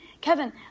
Kevin